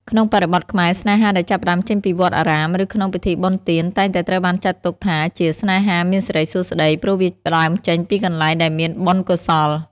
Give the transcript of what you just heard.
ក្នុងបរិបទខ្មែរ ស្នេហាដែលចាប់ផ្ដើមចេញពីវត្តអារាម ឬក្នុងពិធីបុណ្យទាន តែងតែត្រូវបានចាត់ទុកថាជា "ស្នេហាមានសិរីសួស្តី" ព្រោះវាផ្ដើមចេញពីកន្លែងដែលមានបុណ្យកុសល។